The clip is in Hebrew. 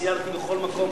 סיירתי בכל מקום,